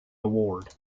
award